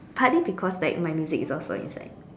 partly because like my music is also inside